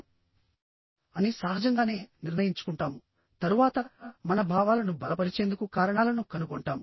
మరియు సాధారణంగా మనం ఎవరినైనా ఇష్టపడుతున్నామా లేదా అని సహజంగానే నిర్ణయించుకుంటాము తరువాత మన భావాలను బలపరిచేందుకు కారణాలను కనుగొంటాము